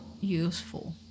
useful